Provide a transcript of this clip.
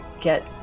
get-